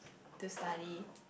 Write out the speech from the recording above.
to study